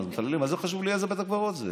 מה זה חשוב לי איזה בית קברות זה,